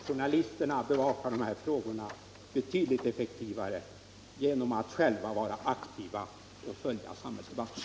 Journalisterna bevakar de här frågorna betydligt effektivare genom att själva vara aktiva och följa samhällsdebatten.